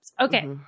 Okay